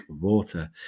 water